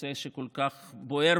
נושא שכל כך בוער,